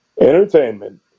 Entertainment